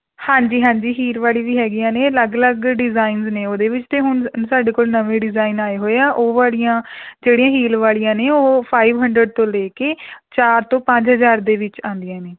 ਹਾਂਜੀ ਹਾਂਜੀ ਹੀਲ ਵਾਲੀ ਵੀ ਹੈਗੀਆਂ ਨੇ ਅਲੱਗ ਅਲੱਗ ਡਿਜ਼ਾਇਨਜ਼ ਨੇ ਉਹਦੇ ਵਿੱਚ ਅਤੇ ਹੁਣ ਸਾਡੇ ਕੋਲ ਨਵੇਂ ਡਿਜ਼ਾਇਨ ਆਏ ਹੋਏ ਹੈ ਉਹ ਵਾਲੀਆਂ ਜਿਹੜੀਆਂ ਹੀਲ ਵਾਲੀਆਂ ਨੇ ਉਹ ਫਾਈਵ ਹੰਡਰੈੱਡ ਤੋਂ ਲੈ ਕੇ ਚਾਰ ਤੋਂ ਪੰਜ ਹਜ਼ਾਰ ਦੇ ਵਿੱਚ ਆਉਂਦੀਆਂ ਨੇ